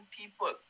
people